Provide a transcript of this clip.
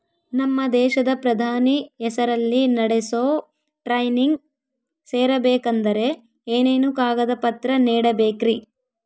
ನಮ್ಮ ದೇಶದ ಪ್ರಧಾನಿ ಹೆಸರಲ್ಲಿ ನಡೆಸೋ ಟ್ರೈನಿಂಗ್ ಸೇರಬೇಕಂದರೆ ಏನೇನು ಕಾಗದ ಪತ್ರ ನೇಡಬೇಕ್ರಿ?